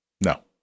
No